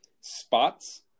spots